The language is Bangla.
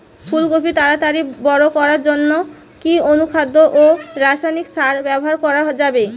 ফুল কপি তাড়াতাড়ি বড় করার জন্য কি অনুখাদ্য ও রাসায়নিক সার ব্যবহার করা যাবে?